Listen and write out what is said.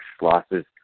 losses